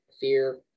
fear